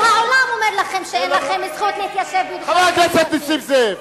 וכל העולם אומר לכם שאין לכם זכות להתיישב בשטחים הכבושים.